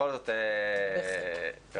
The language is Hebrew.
בכיף.